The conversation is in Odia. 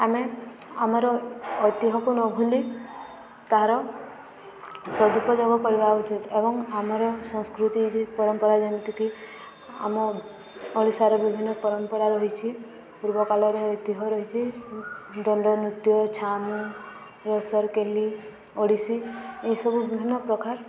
ଆମେ ଆମର ଐତିହକୁ ନ ଭୁଲି ତାହାର ସଦୁପଯୋଗ କରିବା ଉଚିତ ଏବଂ ଆମର ସଂସ୍କୃତି ଜି ପରମ୍ପରା ଯେମିତିକି ଆମ ଓଡ଼ିଶାର ବିଭିନ୍ନ ପରମ୍ପରା ରହିଛି ପୂର୍ବ କାଳରେ ଐତିହ ରହିଛି ଦଣ୍ଡ ନୃତ୍ୟ ଛାମୁଁ ରସରକେଲି ଓଡ଼ିଶୀ ଏସବୁ ବିଭିନ୍ନ ପ୍ରକାର